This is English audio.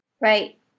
right